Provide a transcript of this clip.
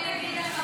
כן נגיד לך,